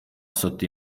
sotto